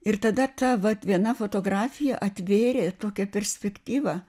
ir tada ta vat viena fotografija atvėrė tokią perspektyvą